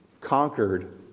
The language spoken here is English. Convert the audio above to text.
conquered